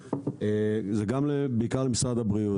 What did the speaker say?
זה מופנה בעיקר למשרד הבריאות.